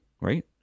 right